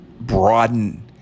broaden